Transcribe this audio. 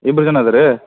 ಇಬ್ರು ಜನ ಅದಿ ರೀ